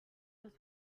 was